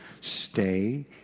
stay